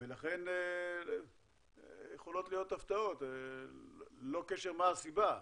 לכן יכולות להיות הפתעות, ללא קשר מה הסיבה.